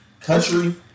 Country